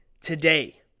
today